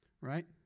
Right